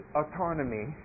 autonomy